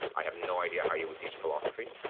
i have no idea how you would teach philosophy,